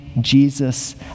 Jesus